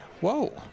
whoa